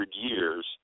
years